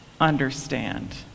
understand